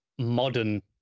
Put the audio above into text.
Modern